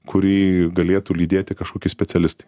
kurį galėtų lydėti kažkokie specialistai